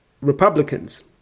Republicans